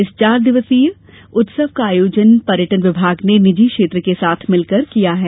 इस चार दिवसीय उत्सव का आयोजन पर्यटन विभाग ने निजी क्षेत्र के साथ मिलकर किया है